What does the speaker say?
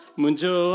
munjo